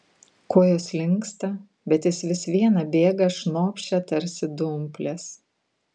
kojos linksta bet jis vis viena bėga šnopščia tarsi dumplės